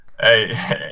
Hey